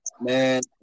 man